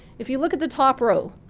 if you look at the top row,